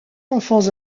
enfants